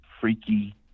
freaky